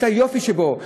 את היופי שבו.